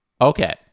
Okay